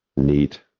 neat,